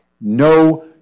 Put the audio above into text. No